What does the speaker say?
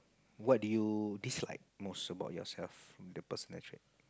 what do you dislike most about yourself in the person nature